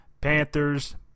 Panthers